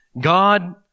God